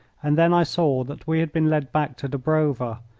and then i saw that we had been led back to dobrova,